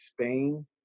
Spain